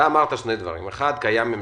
שקיים ממשק.